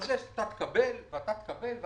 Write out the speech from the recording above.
אז אתה תקבל ואתה תקבל,